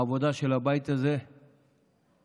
העבודה של הבית הזה, מעולם,